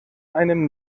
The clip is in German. einem